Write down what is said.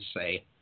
say